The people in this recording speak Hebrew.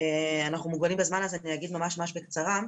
אנחנו מוגבלים בזמן, אז אני אגיד ממש בקצרה.